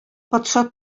патша